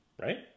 Right